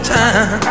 time